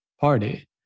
Party